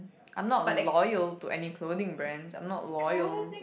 I'm not loyal to any clothing brands I'm not loyal